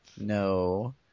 No